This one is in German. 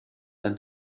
ein